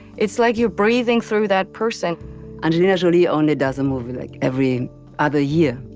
it's like you're breathing through that person angelina jolie only does a movie like every other year,